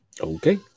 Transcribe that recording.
Okay